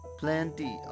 plenty